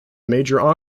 major